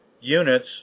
Units